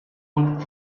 would